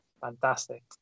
fantastic